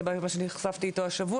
זה מה שנחשפתי אתו השבוע,